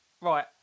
Right